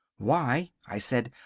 why, i said,